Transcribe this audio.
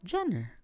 Jenner